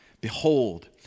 Behold